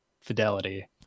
fidelity